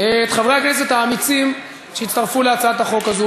את חברי הכנסת האמיצים שהצטרפו להצעת החוק הזאת,